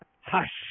Hush